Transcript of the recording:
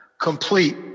complete